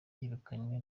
yirukanywe